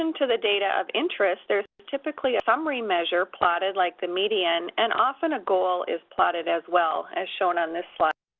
and to the data of interest, there's typically a summary measure plotted like the median, and often a goal is plotted as well, as shown on this slide.